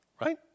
right